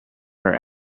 her